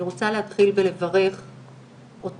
אני רוצה להתחיל בלברך אותך,